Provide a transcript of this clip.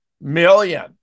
million